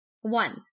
One